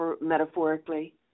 metaphorically